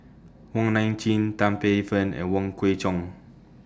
Wong Nai Chin Tan Paey Fern and Wong Kwei Cheong